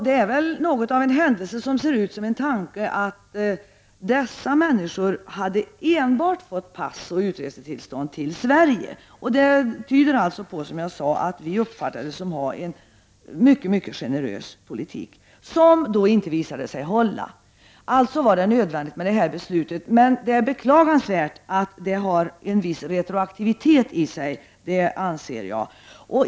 Det är väl en händelse som ser ut som en tanke att dessa niskor hade fått pass och utresetillstånd endast till Sverige. Det tyder alltså på att människor uppfattade att vi hade en mycket generös politik, som visade sig inte hålla måt tet. Alltså var det nödvändigt för regeringen att fatta det tidigare nämnda beslutet av den 13 december. Det är beklagansvärt att beslutet inrymmer viss retroaktivitet.